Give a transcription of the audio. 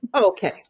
okay